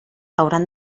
hauran